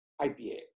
IPA